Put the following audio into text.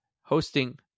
hosting